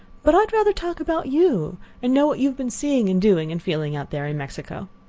but i'd rather talk about you, and know what you have been seeing and doing and feeling out there in mexico.